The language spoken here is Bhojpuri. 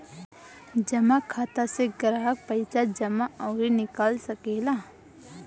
जमा खाता से ग्राहक पईसा जमा अउरी निकाल सकेला